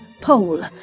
Pole